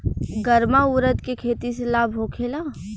गर्मा उरद के खेती से लाभ होखे ला?